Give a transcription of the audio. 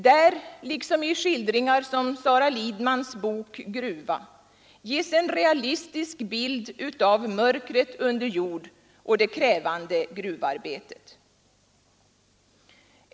Där, liksom i skildringar som Sara Lidmans bok Gruva, ges en realistisk bild av mörkret under jord och det krävande gruvarbetet.